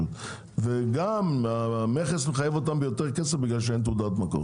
אם המכס מחייב אותם ביותר כסף בגלל שאין תעודת מקור,